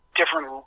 different